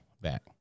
back